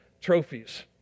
trophies